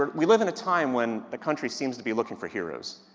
and we live in a time when the country seems to be looking for heroes.